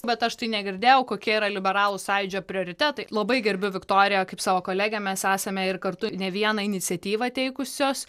bet aš tai negirdėjau kokie yra liberalų sąjūdžio prioritetai labai gerbiu viktoriją kaip savo kolegę mes esame ir kartu ne vieną iniciatyvą teikusios